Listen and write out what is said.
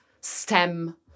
STEM